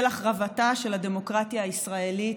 של החרבתה של הדמוקרטיה הישראלית,